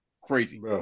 Crazy